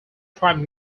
prime